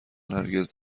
هرگز